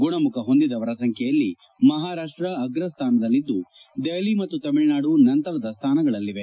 ಗುಣಮುಖ ಹೊಂದಿದವರ ಸಂಖ್ಲೆಯಲ್ಲಿ ಮಹಾರಾಷ್ಟ ಅಗ್ರ ಸ್ಥಾನದಲ್ಲಿದ್ದು ದೆಪಲಿ ಮತ್ತು ತಮಿಳುನಾಡು ನಂತರದ ಸ್ಥಾನಗಳಲ್ಲಿವೆ